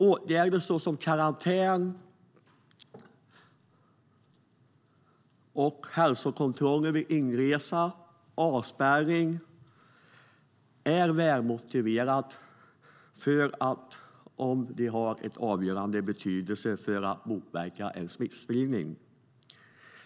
Åtgärder såsom karantän, hälsokontroller vid inresa och avspärrning är välmotiverade om de har en avgörande betydelse för att motverka smittspridning.